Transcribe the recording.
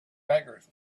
beggars